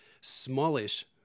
smallish